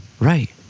Right